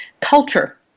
culture